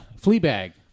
fleabag